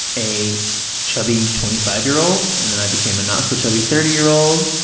a chubby twenty five year old, and then i became a not-so-chubby thirty year old,